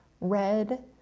red